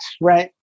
right